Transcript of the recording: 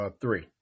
Three